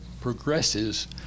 progresses